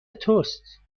توست